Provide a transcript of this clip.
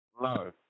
No